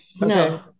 no